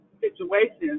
situations